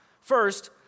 First